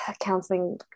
counseling